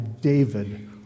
David